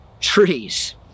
trees